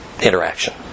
interaction